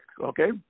okay